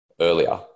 earlier